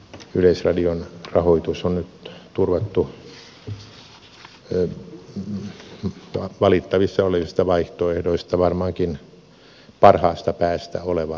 yleisradion rahoitus on nyt turvattu valittavissa olevista vaihtoehdoista varmaankin parhaasta päästä olevalla mallilla